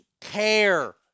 care